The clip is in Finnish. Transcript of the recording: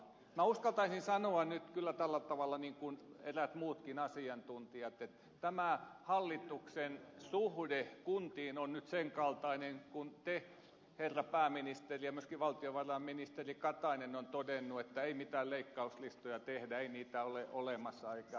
minä uskaltaisin sanoa nyt kyllä tällä tavalla niin kuin eräät muutkin asiantuntijat että tämä hallituksen suhde kuntiin on nyt sen kaltainen kuin te herra pääministeri olette todennut ja myöskin valtiovarainministeri katainen että ei mitään leikkauslistoja tehdä ei niitä ole olemassa eikä tule